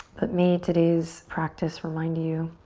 but may today's practice remind you